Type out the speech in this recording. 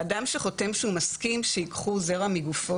ואדם שחותם שהוא מסכים שייקחו זרע מגופו